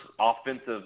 offensive